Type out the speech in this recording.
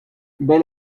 bel